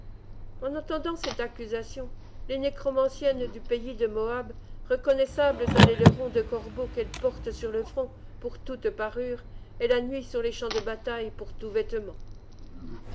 en entendant cette accusation les nécromanciennes du pays de moâb reconnaissables à l'aileron de corbeau qu'elles portent sur le front pour toute parure et la nuit sur les champs de bataille pour tout vêtement